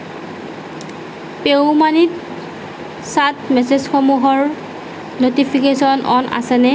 pay U মানিত chat মেছেজসমূহৰ notification on আছেনে